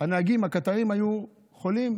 הנהגים של הקטרים היו חולים,